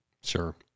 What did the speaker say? Sure